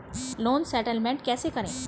Loan settlement कैसे करें?